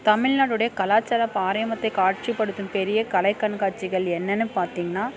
தமிழ்நாட்டுடைய கலாச்சார பாரமரியத்தை காட்சிப்படுத்தும் பெரிய கலை கண்காட்சிகள் என்னென்னு பார்த்திங்கனா